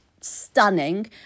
stunning